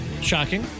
shocking